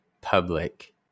public